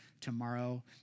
tomorrow